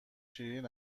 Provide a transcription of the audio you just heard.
شیرین